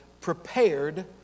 prepared